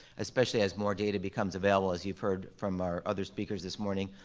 especially as more data becomes available as you've heard from our other speakers this morning.